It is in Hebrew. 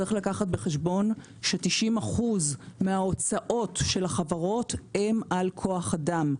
יש לקחת בחשבון ש-90% מהוצאת החברות הן על כוח אדם.